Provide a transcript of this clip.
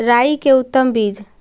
राई के उतम बिज?